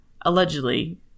allegedly